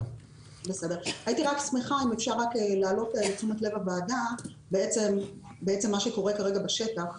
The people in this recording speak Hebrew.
הייתי שמחה להפנות את תשומת לב הוועדה למה שקורה כרגע בשטח.